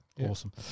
awesome